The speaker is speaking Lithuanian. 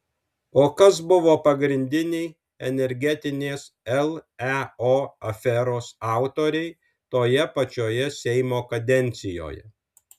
o kas buvo pagrindiniai energetinės leo aferos autoriai toje pačioje seimo kadencijoje